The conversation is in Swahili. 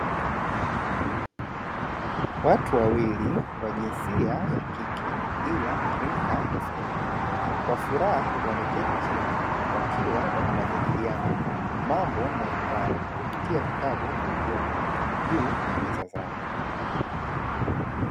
Watu wawili wa jinsia ya kike ila rika tofauti. Kwa furaha wameketi chini, wakiwa wanajadiliana mambo mbalimbali, kupitia vitabu vilivyopo juu ya meza zao.